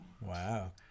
Wow